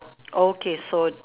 okay so